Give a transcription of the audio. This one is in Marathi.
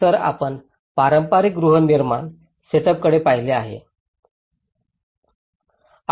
तर आपण पारंपारिक गृहनिर्माण सेटअपकडे पाहिले तर